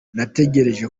natekereje